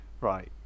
right